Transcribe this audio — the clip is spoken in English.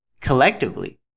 collectively